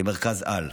כמרכז-על.